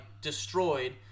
destroyed